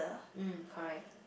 mm correct